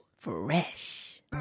Fresh